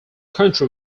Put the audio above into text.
country